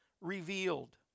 revealed